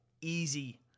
easy